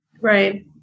right